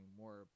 more